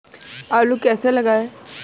आलू कैसे लगाएँ?